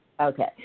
Okay